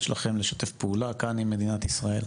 שלכם לשתף פעולה כאן עם מדינת ישראל.